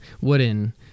Wooden